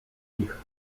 ich